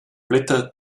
blätter